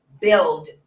build